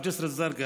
ובכפר ג'סר א-זרקא.